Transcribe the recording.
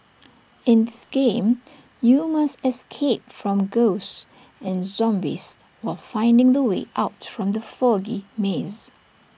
in this game you must escape from ghosts and zombies while finding the way out from the foggy maze